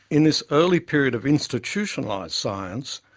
in this early period of institutionalized science,